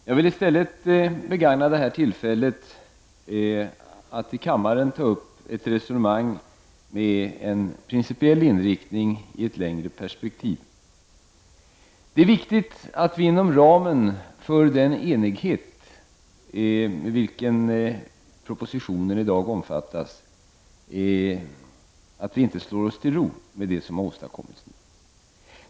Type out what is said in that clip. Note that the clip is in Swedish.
Jag vill i stället begagna det här tillfället att i kammaren ta upp ett resonemang med en principiell inriktning i ett längre perspektiv. Det är viktigt att vi inom ramen för den enighet vilken propositionen i dag omfattas av inte slår oss till ro med det som har åstadkommits.